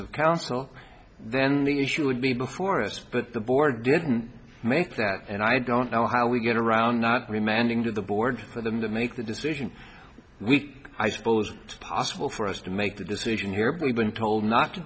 of counsel then the issue would be before us but the board didn't make that and i don't know how we get around not remaining to the board for them to make the decision we i suppose it's possible for us to make the decision here but we've been told not to